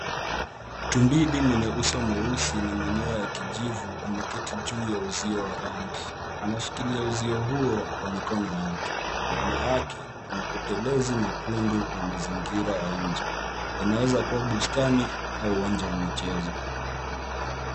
Tumbili mwenye uso mweusi na manyoya ya kijivu, ameketi juu ya uzio wa rangi . Anashikilia uzio huo kwa mikono yake. Nyuma yake, kuna utendezi mwekundu na mazingira ya juu. Yanaweza kuwa bustani au uwanja wa michezo.